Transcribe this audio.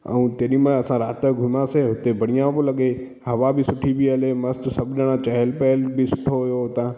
ऐं केॾीमहिल असां राति जो घुमियासीं उते बढ़िया पियो लॻे हवा बि सुठी पई हले मस्तु सभु ॼणा चइनि पिया कि सुठो हुयो हितां